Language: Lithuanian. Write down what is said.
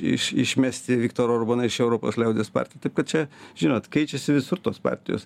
iš išmesti viktorą orbaną iš europos liaudies partijų taip kad čia žinot keičiasi visur tos partijos